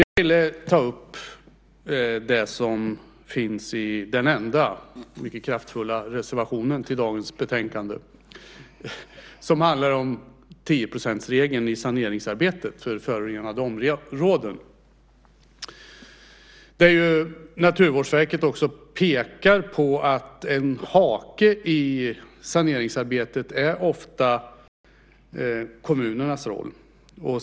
Jag vill ta upp det som finns i den enda, mycket kraftfulla, reservationen till dagens betänkande, som handlar om tioprocentsregeln i saneringsarbete för förorenade områden. Där pekar Naturvårdsverket på att en hake i saneringsarbetet ofta är kommunernas roll.